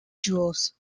gules